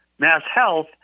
MassHealth